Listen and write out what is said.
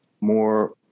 more